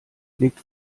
legt